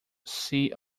see